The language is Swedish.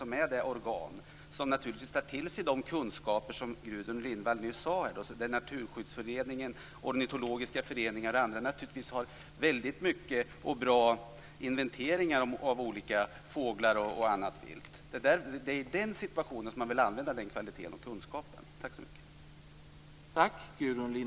Det är det organ som tar till sig de kunskaper som Gudrun Lindvall nyss nämnde. Naturskyddsföreningen, ornitologiska föreningar och andra har naturligtvis mycket och bra inventeringar av olika fåglar och annat vilt. Det är i den situationen man vill använda den kvaliteten och kunskapen.